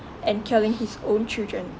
and killing his own children